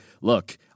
look